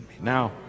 Now